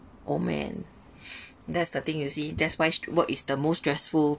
oh man that's the thing you see that's why work is the most stressful